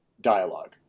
dialogue